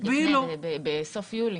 --- בסוף יולי.